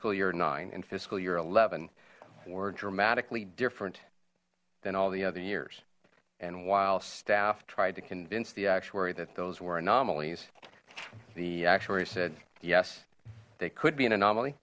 fiscal year nine in fiscal year eleven were dramatically different than all the other years and while staff tried to convince the actuary that those were anomalies the actuary said yes they could be an anomaly